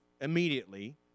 immediately